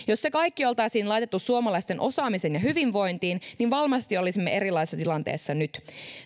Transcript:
jos se kaikki oltaisiin laitettu suomalaisten osaamiseen ja hyvinvointiin niin varmasti olisimme erilaisessa tilanteessa nyt